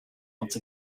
once